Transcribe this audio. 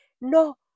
no